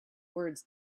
words